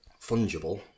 Fungible